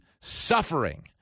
suffering